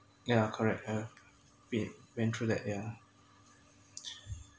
yeah correct ah been went through that yeah